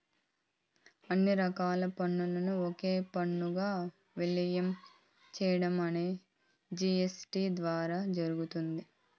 అన్ని రకాల పన్నులను ఒకే పన్నుగా విలీనం చేయడం అనేది జీ.ఎస్.టీ ద్వారా జరిగింది